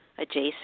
adjacent